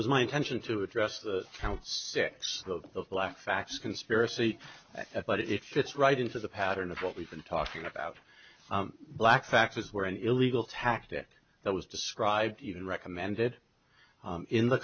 was my intention to address the counts six of those black facts conspiracy but it fits right into the pattern of what we've been talking about black factors were an illegal tactic that was described even recommended in the